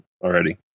already